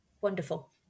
wonderful